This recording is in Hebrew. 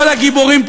כל הגיבורים פה,